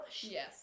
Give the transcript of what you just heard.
Yes